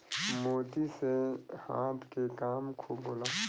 मोती से हाथ के काम खूब होला